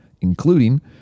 including